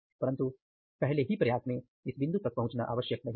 परंतु पहले ही प्रयास में इस बिंदु तक पहुंचना आवश्यक नहीं है